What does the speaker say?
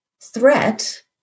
threat